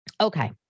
Okay